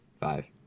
five